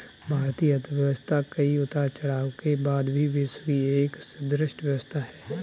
भारतीय अर्थव्यवस्था कई उतार चढ़ाव के बाद भी विश्व की एक सुदृढ़ व्यवस्था है